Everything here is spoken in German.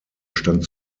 stand